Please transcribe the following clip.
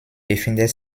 befindet